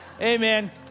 Amen